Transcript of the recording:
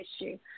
issue